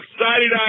excited